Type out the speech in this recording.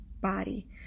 body